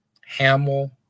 Hamill